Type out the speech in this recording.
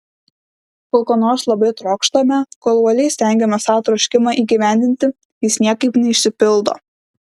kol ko nors labai trokštame kol uoliai stengiamės tą troškimą įgyvendinti jis niekaip neišsipildo